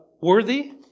worthy